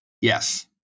Yes